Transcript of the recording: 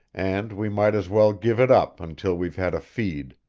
and we might as well give it up until we've had a feed.